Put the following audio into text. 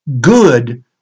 good